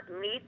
meet